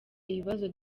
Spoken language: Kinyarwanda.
ibibazo